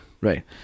Right